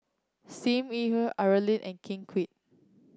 Sim Yi Hui Aaron Lee and Ken Kwek